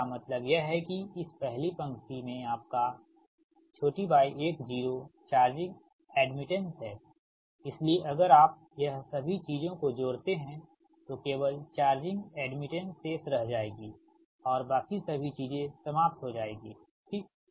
इसका मतलब यह है कि इस पहली पंक्ति में आपका y10चार्जिंग एड्मिटेंस है इसलिए अगर आप यह सभी चीजों को जोड़ते हैं तो केवल चार्जिंग एड्मिटेंस शेष रह जाएगी और बाकी सभी चीजें समाप्त हो जाएगी ठीक